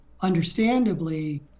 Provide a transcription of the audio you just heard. understandably